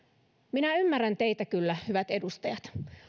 minä ymmärrän teitä kyllä hyvät edustajat